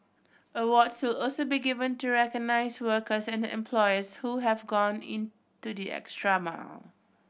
awards will also be given to recognise workers and employers who have gone into the extra mile